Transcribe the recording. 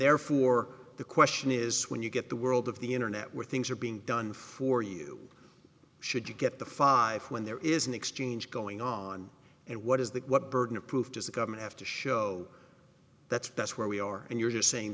therefore the question is when you get the world of the internet where things are being done for you should you get the five when there is an exchange going on and what is the what burden of proof does the government have to show that's that's where we are and you're saying